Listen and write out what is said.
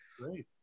Great